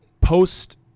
post